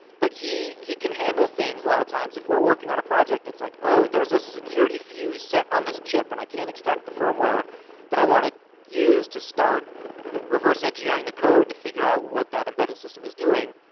but, he he can handle things, a lot of times. if we're working on a project, and it's like, oh, there's a security fuse set on this chip, and i can't extract the firmware that i wanna use to start reverse engineering the code to figure out what that embedded system is doing.